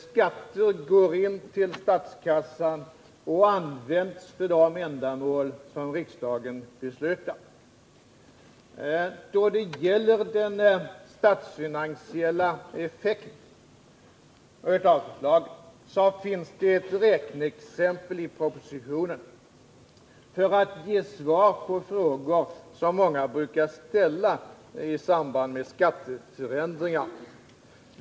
Skatter går in till statskassan och används för de ändamål som riksdagen beslutar om. Då det gäller den statsfinansiella effekten av lagförslaget finns det ett räkneexempel i propositionen som ger svar på sådana frågor som många brukar ställa i samband med skatteförändringar.